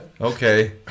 okay